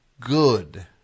good